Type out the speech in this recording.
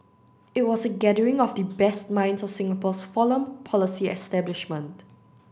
it was a gathering of the best minds of Singapore's foreign policy establishment